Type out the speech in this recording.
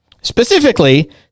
Specifically